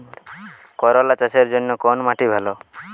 করলা চাষের জন্য কোন মাটি ভালো?